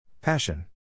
Passion